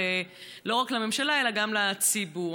לא רק לממשלה אלא גם לציבור.